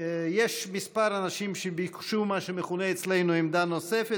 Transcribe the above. יש כמה אנשים שביקשו מה שמכונה אצלנו עמדה נוספת.